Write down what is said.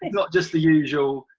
not just the usual,